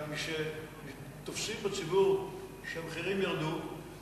משתופסים בציבור שהמחירים ירדו,